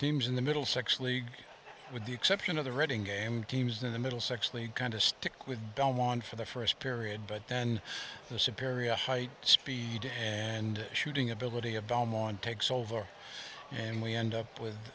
teams in the middle sex league with the exception of the reading game teams in the middlesex league kind of stick with belmont for the first period but then the superior height speed and shooting ability of belmont takes over and we end up with